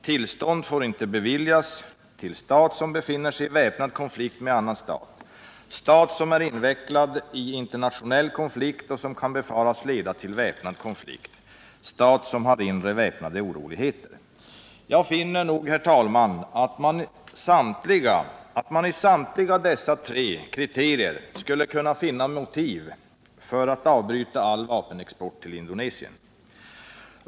Tillstånd får inte beviljas för export till ”stat som är invecklad i internationell konflikt som kan befaras leda till väpnad konflikt”, Jag finner, herr talman, att man i samtliga dessa tre kriterier skulle kunna finna motiv för att avbryta all vapenexport till Indonesien.